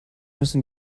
müssen